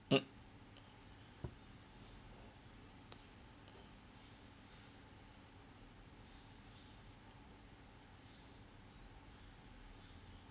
mm